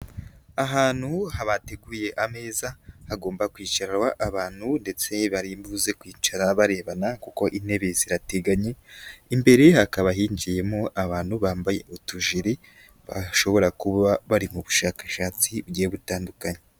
Ahantu habateguye ameza hagomba kwicarwa abantu ndetse barimbuze kwicara barebana kuko intebe zirateganye, imbere hakaba hinjiyemo abantu bambaye utujiri bashobora kuba bari mu bushakashatsi bugiye butandukanye.